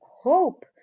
hope